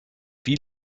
wie